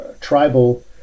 tribal